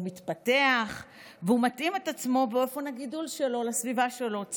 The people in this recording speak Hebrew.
הוא מתפתח והוא מתאים את עצמו באופן הגידול שלו לסביבה שלו.